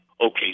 Okay